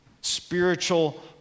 spiritual